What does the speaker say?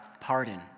pardon